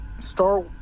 Star